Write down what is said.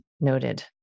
noted